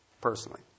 Personally